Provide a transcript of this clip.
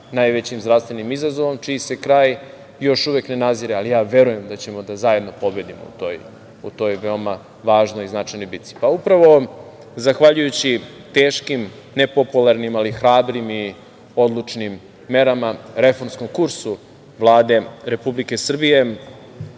najvećim zdravstvenim izazovom, čiji se kraj još uvek ne nazire, ali ja verujem da ćemo da zajedno pobedimo u toj veoma važnoj i značajnoj bici? Pa upravo zahvaljujući teškim, nepopularnim, ali hrabrim i odlučnim merama, reformskom kursu Vlade Republike Srbije,